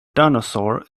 dinosaur